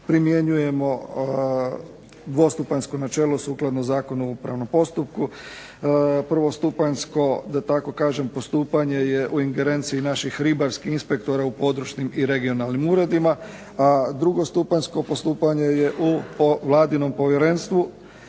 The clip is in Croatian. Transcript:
primjenjujemo dvostupanjsko načelo sukladno Zakonu o upravnom postupku. Prvostupanjsko da tako kažem postupanje je u ingerenciji naših ribarskih inspektora u područnim i regionalnim uredima, a drugostupanjsko postupanje je u vladinom povjerenstvu